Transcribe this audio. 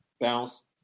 bounce